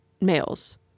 males